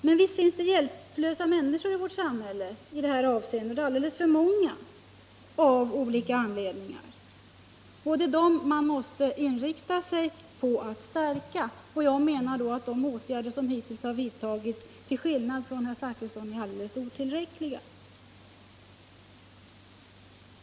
Men visst finns det hjälplösa människor i detta avseende i vårt samhälle — av olika anledningar alldeles för många — och det är dem man måste inrikta sig på att stärka. Jag menar då till skillnad från herr Zachrisson att de åtgärder som hittills har vidtagits är alldeles otillräckliga.